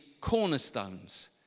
cornerstones